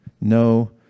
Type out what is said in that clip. No